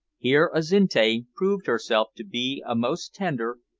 here azinte proved herself to be a most tender,